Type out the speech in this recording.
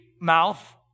mouth